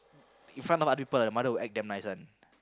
in front of other people the mother will act damn nice one